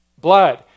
Blood